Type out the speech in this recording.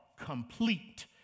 complete